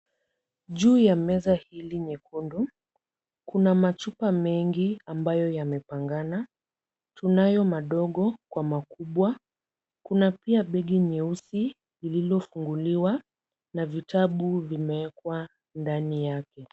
Juu ya meza hili nyekundu, kuna machupa mengi ambayo yamepangana. Tunayo madogo kwa makubwa. Kuna pia begi nyeusi lililofunguliwa na vitabu vimewekwa ndani yake.